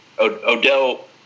Odell